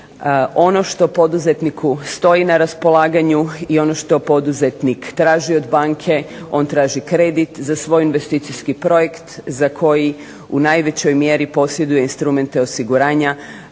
ono što poduzetniku stoji na raspolaganju i ono što poduzetnik traži od banke, on traži kredit za svoj investicijski projekt za koji u najvećoj mjeri posjeduje instrumente osiguranja